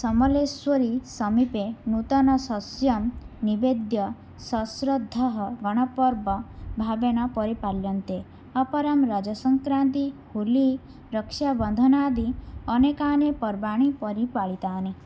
समलेश्वरीसमीपे नूतनसस्यं निवेद्य सश्रद्धं गणपर्वभावेन परिपाल्यन्ते अपरं राजसङ्क्रान्तिः होलि रक्षाबन्धनादि अनेकानि पर्वाणि परिपालितानि